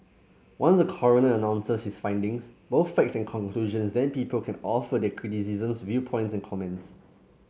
once the coroner announces his findings both facts and conclusions then people can offer their criticisms viewpoints comments